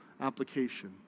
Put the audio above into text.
application